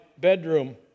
bedroom